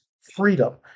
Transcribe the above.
freedom